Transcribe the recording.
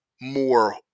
more